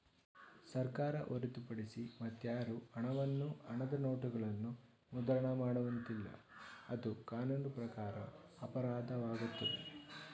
ಸರ್ಕಾರ ಹೊರತುಪಡಿಸಿ ಮತ್ಯಾರು ಹಣವನ್ನು ಹಣದ ನೋಟುಗಳನ್ನು ಮುದ್ರಣ ಮಾಡುವಂತಿಲ್ಲ, ಅದು ಕಾನೂನು ಪ್ರಕಾರ ಅಪರಾಧವಾಗುತ್ತದೆ